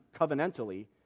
covenantally